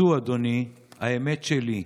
זו, אדוני, האמת שלי,